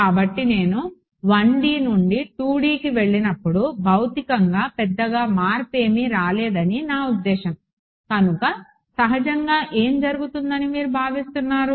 కాబట్టి నేను 1D నుండి 2D కి వెళ్ళినప్పుడు భౌతికంగా పెద్దగా మార్పు ఏమి రాదని నా ఉదేశ్యం కనుక సహజంగా ఏమి జరుగుతుందని మీరు భావిస్తున్నారు